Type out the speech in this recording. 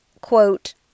quote